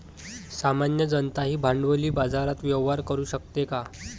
सामान्य जनताही भांडवली बाजारात व्यवहार करू शकते का?